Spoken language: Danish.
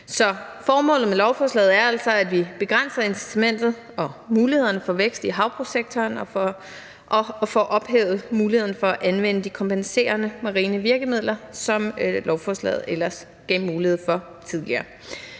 formålet med lovforslaget er altså, at vi begrænser incitamentet og mulighederne for vækst i havbrugssektoren og får ophævet muligheden for at anvende de kompenserende marine virkemidler, som lovforslaget ellers gav mulighed for tidligere.